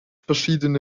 verschiedene